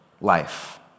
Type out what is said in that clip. life